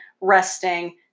resting